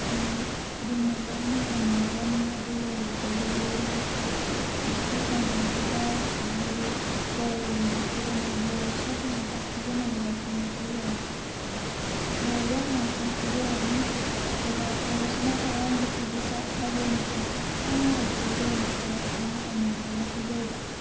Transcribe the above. ꯃꯤ ꯈꯨꯗꯤꯡꯃꯛ ꯂꯣꯏꯅ ꯍꯟꯅꯈ꯭ꯔꯅꯤ ꯑꯗꯨ ꯂꯣꯏꯕꯗꯒꯤꯗꯤ ꯃꯣꯏꯁꯦ ꯍꯧꯖꯤꯛꯀꯤ ꯀꯩꯅꯥꯁꯤꯒ ꯑꯗꯨꯗꯒꯤꯗꯤ ꯕꯣꯔ ꯑꯣꯏꯔꯤꯕꯁꯤꯒꯅꯦ ꯕꯣꯔꯁꯦ ꯍꯥꯟꯅ ꯆꯥꯛ ꯄꯤꯖꯅꯩꯌꯦꯕ ꯑꯩꯈꯣꯏ ꯃꯩꯇꯩꯒꯤ ꯑꯣꯏꯅ ꯕꯣꯔꯁꯦ ꯍꯥꯟꯅ ꯆꯥꯛ ꯄꯤꯖꯔꯅꯤ ꯑꯗꯨꯒ ꯕꯣꯔꯁꯤꯅ ꯆꯥꯔꯝꯕꯁꯤꯒꯤ ꯆꯥꯛ ꯑꯔꯦꯝꯕꯁꯦ ꯈꯤꯖꯤꯛꯇꯪ ꯑꯣꯏꯔꯁꯨ ꯂꯦꯝꯕꯁꯦ ꯑꯗꯨꯝ ꯀꯩꯅꯥꯁꯤꯗ ꯄꯤꯖꯩꯕ